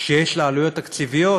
שיש לה עלויות תקציביות,